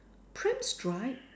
pram strap